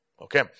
Okay